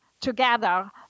together